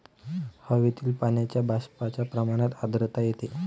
हवेतील पाण्याच्या बाष्पाच्या प्रमाणात आर्द्रता येते